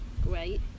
great